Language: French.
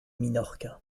minorque